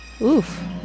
Oof